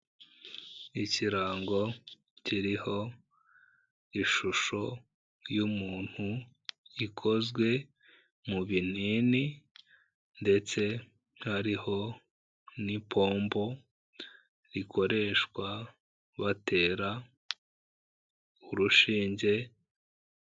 Ikirango kiriho ishusho y'umuntu, ikozwe mu binini, ndetse hariho n'ipombo rikoreshwa batera urushinge.